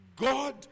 God